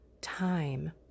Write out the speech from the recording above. time